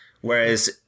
whereas